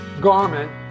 garment